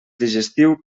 digestiu